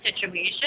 situation